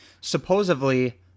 supposedly